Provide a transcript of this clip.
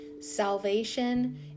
Salvation